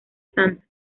santa